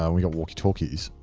ah we got walkie talkies.